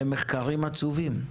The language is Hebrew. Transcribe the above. אלה מחקרים עצובים,